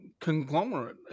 conglomerate